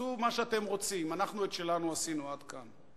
תעשו מה שאתם רוצים, אנחנו את שלנו עשינו עד כאן.